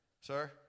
Sir